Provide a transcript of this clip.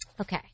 Okay